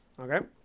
okay